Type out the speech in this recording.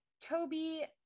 Toby